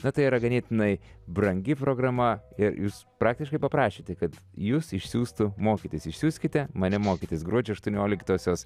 na tai yra ganėtinai brangi programa ir jūs praktiškai paprašėte kad jus išsiųstų mokytis išsiųskite mane mokytis gruodžio aštuonioliktosios